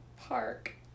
Park